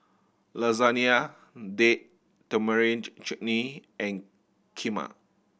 Lasagna Date Tamarind Chutney and Kheema